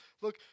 Look